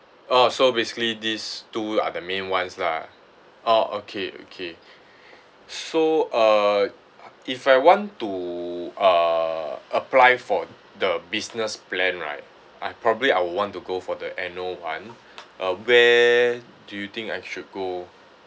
orh so basically these two are the main ones lah orh okay okay so uh if I want to uh apply for the business plan right I probably I'd want to go for the annual one uh where do you think I should go